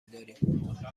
داریم